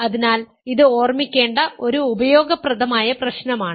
അതിനാൽ ഇത് ഓർമ്മിക്കേണ്ട ഒരു ഉപയോഗപ്രദമായ പ്രശ്നമാണ്